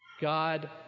God